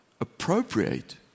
appropriate